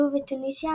לוב ותוניסיה,